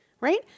right